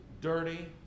dirty